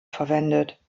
verwendet